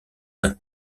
d’un